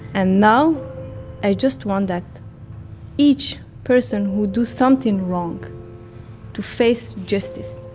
and now i just want that each person who do something wrong to face justice,